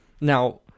now